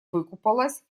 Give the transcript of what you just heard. выкупалась